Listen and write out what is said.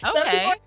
Okay